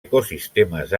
ecosistemes